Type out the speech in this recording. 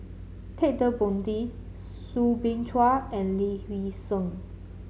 Ted De Ponti Soo Bin Chua and Lee Hee Seng